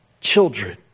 children